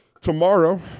Tomorrow